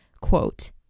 quote